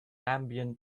ambient